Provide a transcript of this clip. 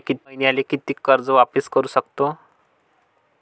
हर मईन्याले कितीक कर्ज वापिस करू सकतो?